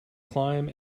climb